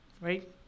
Right